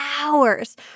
hours